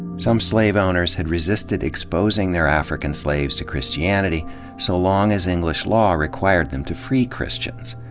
some slave owners had resisted exposing their african slaves to christianity so long as english law required them to free christians.